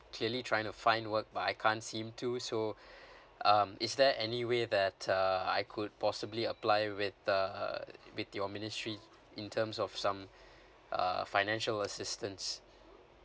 clearly trying to find work but I can't seem to so um is there any way that uh I could possibly apply with the with your ministry in terms of some uh financial assistance